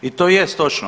I to jest točno.